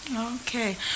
Okay